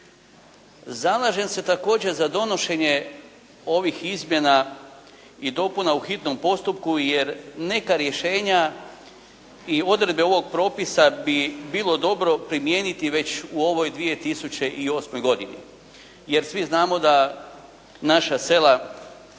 Zalažem se također za donošenje ovih izmjena i dopuna u hitnom postupku, jer neka rješenja i odredbe ovog propisa bi bilo dobro primijeniti već u ovoj 2008. godini. Jer svi znamo da naša sela,